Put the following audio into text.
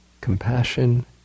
compassion